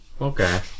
Okay